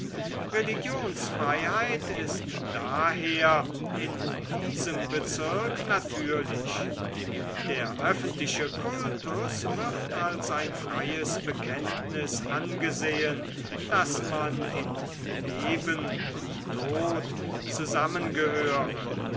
religionsfreiheit ist daher in diesem bezirk natürlich der öffentliche kultus wird als ein freies bekenntnis angesehen daß man in leben und tod zusammengehöre